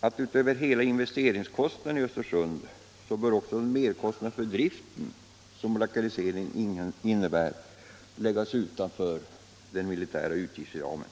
att hela investeringskostnaden i Östersund och den merkostnad för driften som lokaliseringen innebär skall läggas utanför den militära utgiftsramen.